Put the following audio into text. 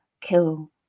kill